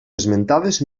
esmentades